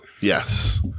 Yes